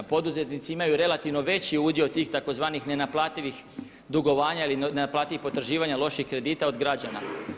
Poduzetnici imaju relativno veći udio tih tzv. nenaplativih dugovanja ili nenaplativih potraživanja, loših kredita od građana.